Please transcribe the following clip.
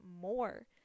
more